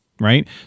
right